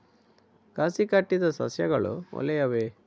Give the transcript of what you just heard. ಕಸಿ ಕಟ್ಟಿದ ಸಸ್ಯಗಳು ಒಳ್ಳೆಯವೇ?